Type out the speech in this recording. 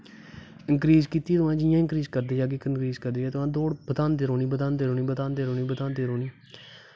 increase किती तुस जि'यां इंक्रीज़ करदे जाह्गे इंक्रीज़ करदे जाह्गे तुसें दौड़ बधांदे रौह्नी बधांदे रौह्नी